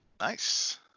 Nice